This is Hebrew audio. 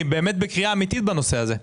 אני באמת בקריאה אמיתית בנושא הזה.